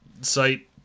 site